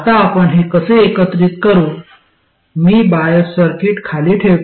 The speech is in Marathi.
आता आपण हे कसे एकत्रित करू मी बायस सर्किट खाली ठेवतो